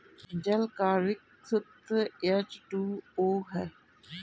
जल का आण्विक सूत्र एच टू ओ है